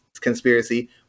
conspiracy